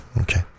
Okay